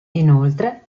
inoltre